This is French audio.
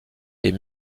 est